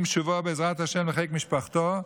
עם שובו, בעזרת השם, לחיק משפחתו,